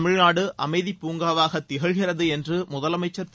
தமிழ்நாடு அமைதிப் பூங்காவாக திகழ்கிறது என்று முதலமைச்சர் திரு